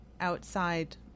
outside